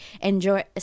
enjoy